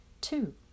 two